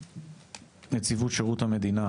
נציבות שירות המדינה